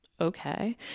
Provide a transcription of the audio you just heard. Okay